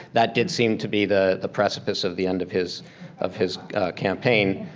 that did seem to be the the precipice of the end of his of his campaign.